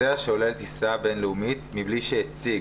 נוסע שעולה לטיסה בין-לאומית מבלי שהציג,